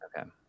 Okay